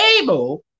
able